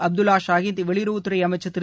அப்துல்லா ஷாகித் வெளியுறவுத் துறை அமைச்சர் திரு